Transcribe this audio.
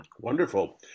Wonderful